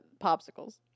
Popsicles